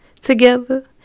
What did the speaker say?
together